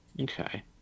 Okay